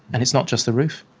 and it's not just the roof,